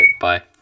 bye